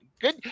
Good